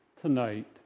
tonight